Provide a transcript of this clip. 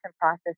process